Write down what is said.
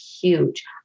huge